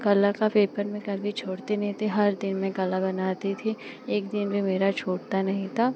कला का पेपर मैं कभी छोड़ती नहीं थी हर दिन मैं कला बनाती थी एक दिन भी मेरा छूटता नहीं था